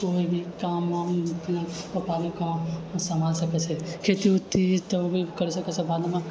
कोइ भी काम वाम अपना समाजसँ कर सकैत छै खेती उति तऽओ भी कर सकैत छै बादमे